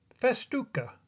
Festuca